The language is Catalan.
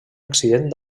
accident